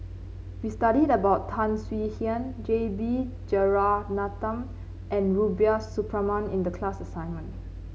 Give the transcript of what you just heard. we studied about Tan Swie Hian J B Jeyaretnam and Rubiah Suparman in the class assignment